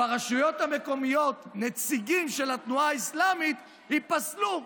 ברשויות המקומיות נציגים של התנועה האסלאמית ייפסלו,